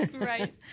Right